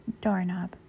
doorknob